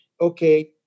okay